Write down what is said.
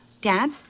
Dad